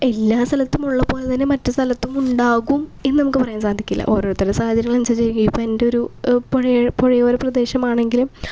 എല്ലാ സലത്തും ഉള്ള പോലെ തന്നെ മറ്റ് സലത്തും ഉണ്ടാകും എന്ന് നമുക്ക് പറയാൻ സാധിക്കില്ല ഓരോരുത്തരുടെ സാഹചര്യങ്ങൾ അനുസരിച്ചായിരിക്കും ഇപ്പം എൻ്റെ ഒരു പുഴയോര പുഴയോര പ്രദേശമാണെങ്കിലും